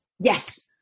Yes